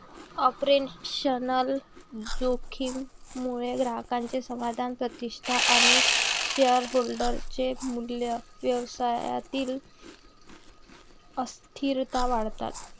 operational जोखीम मुळे ग्राहकांचे समाधान, प्रतिष्ठा आणि शेअरहोल्डर चे मूल्य, व्यवसायातील अस्थिरता वाढतात